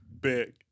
Big